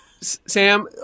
Sam